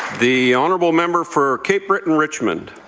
the honourable member for cape breton richmond?